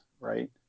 right